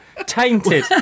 Tainted